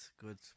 good